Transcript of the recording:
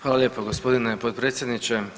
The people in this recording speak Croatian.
Hvala lijepo g. potpredsjedniče.